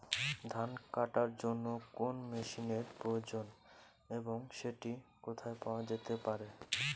ধান কাটার জন্য কোন মেশিনের প্রয়োজন এবং সেটি কোথায় পাওয়া যেতে পারে?